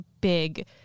big